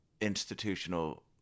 institutional